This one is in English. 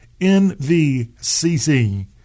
NVCC